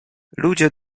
ludzie